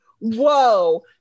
whoa